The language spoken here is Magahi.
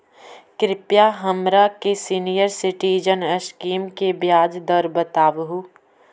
कृपा हमरा के सीनियर सिटीजन स्कीम के ब्याज दर बतावहुं